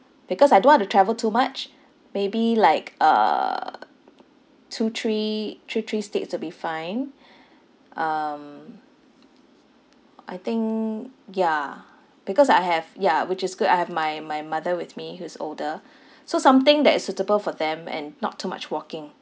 because I don't want to travel too much maybe like uh two three two three states will be fine um I think ya because I have ya which is good I have my my mother with me who's older so something that is suitable for them and not too much walking